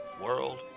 World